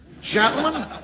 Gentlemen